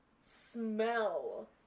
smell